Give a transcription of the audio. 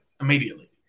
immediately